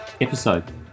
episode